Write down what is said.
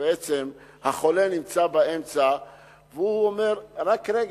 ובעצם החולה נמצא באמצע והוא אומר: רק רגע,